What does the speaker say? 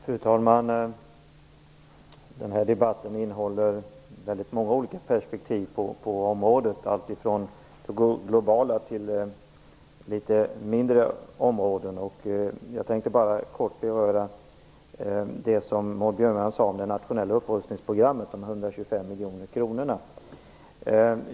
Fru talman! Den här debatten innehåller många olika perspektiv på området, alltifrån globala till regionala eller lokala. Jag tänkte bara kort beröra det som Maud Björnemalm sade om det nationella upprustningsprogrammet, de 125 miljoner kronorna.